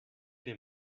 den